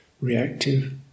reactive